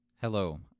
Hello